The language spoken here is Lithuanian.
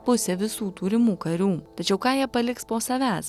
pusė visų turimų karių tačiau ką jie paliks po savęs